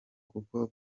kuko